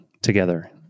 together